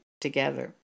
together